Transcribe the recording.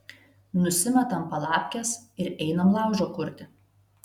nusimetam palapkes ir einam laužo kurti